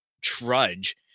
trudge